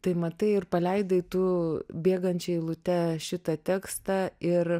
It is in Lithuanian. tai matai ir paleidai tu bėgančia eilute šitą tekstą ir